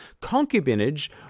Concubinage